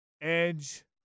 edge